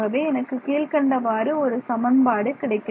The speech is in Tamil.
ஆகவே எனக்கு கீழ்க்கண்டவாறு ஒரு சமன்பாடு கிடைக்கும்